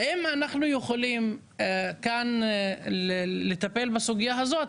האם אנחנו יכולים כאן לטפל בסוגיה הזאת,